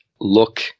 look